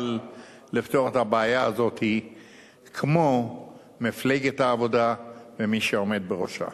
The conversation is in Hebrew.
מסוגל לפתור את הבעיה הזאת כמו מפלגת העבודה ומי שעומדת בראשה.